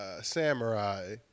samurai